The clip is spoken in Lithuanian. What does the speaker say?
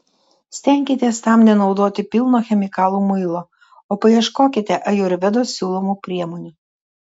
stenkitės tam nenaudoti pilno chemikalų muilo o paieškokite ajurvedos siūlomų priemonių